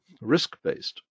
risk-based